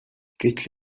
гэтэл